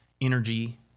energy